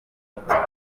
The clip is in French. huit